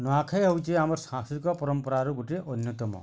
ନୂଆଖାଇ ହେଉଛି ଆମର ସାଂସ୍କୃତିକ ପରମ୍ପରାରୁ ଗୋଟେ ଅନ୍ୟତମ